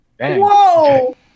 Whoa